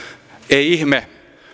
ei ihme